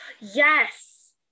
Yes